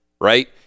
right